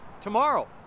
tomorrow